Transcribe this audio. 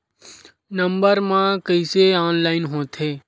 Number मा कइसे online होथे?